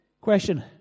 Question